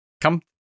come